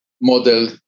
model